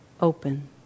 open